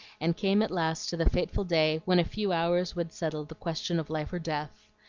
and came at last to the fateful day when a few hours would settle the question of life or death.